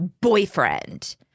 boyfriend